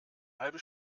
halbe